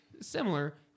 similar